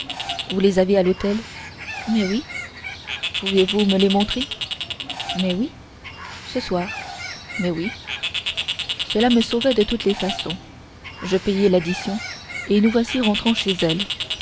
vous les avez à l'hôtel mais oui pouvez-vous me les montrer mais oui ce soir mais oui cela me sauvait de toutes les façons je payai l'addition et nous voici rentrant chez elle